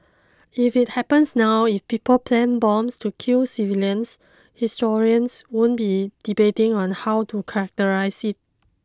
if it happens now if people plant bombs to kill civilians historians won't be debating on how to characterise it